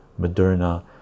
moderna